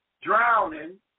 drowning